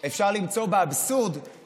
שאפשר למצוא בה אבסורד: